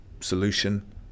solution